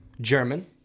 German